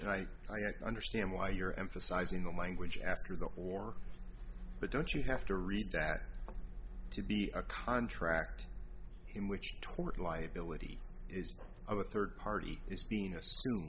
and i understand why you're emphasizing the language after the war but don't you have to read that to be a contract in which tort liability is a third party is being a